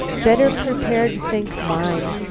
better prepared think mine.